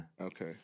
Okay